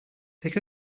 pick